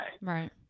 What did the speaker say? Right